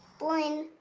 blynn,